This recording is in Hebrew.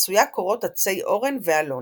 עשויה קורות עצי אורן ואלון.